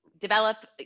develop